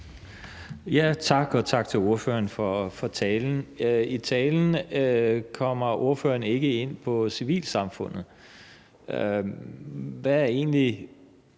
(V): Tak, og tak til ordføreren for talen. I talen kommer ordføreren ikke ind på civilsamfundet. Hvad er egentlig